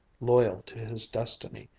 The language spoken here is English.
loyal to his destiny,